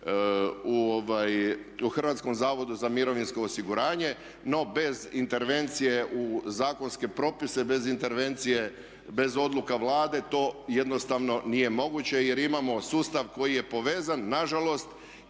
uvjeta rada zaposlenih u HZMO-u no bez intervencije u zakonske propise, bez intervencije, bez odluka Vlade to jednostavno nije moguće jer imamo sustav koji je povezan nažalost